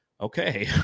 Okay